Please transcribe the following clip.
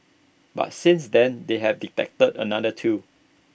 but since then they have detected another two